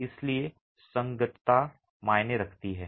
इसलिए संगतता मायने रखती है